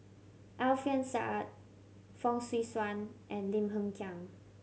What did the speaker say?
Alfian Sa'at Fong Swee Suan and Lim Hng Kiang